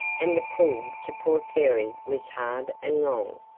and the pull to port fairy was hard and long.